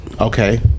okay